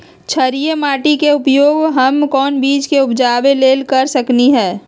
क्षारिये माटी के उपयोग हम कोन बीज के उपजाबे के लेल कर सकली ह?